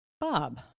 Bob